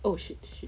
oh shit shit